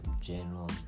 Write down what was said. general